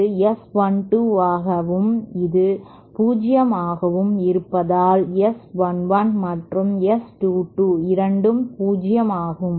இது S 1 2 ஆகவும் இது 0 ஆக இருப்பதால் S 1 1 மற்றும் S 2 2 இரண்டும் 0 ஆகும்